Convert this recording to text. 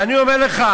ואני אומר לך,